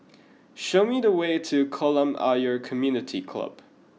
show me the way to Kolam Ayer Community Club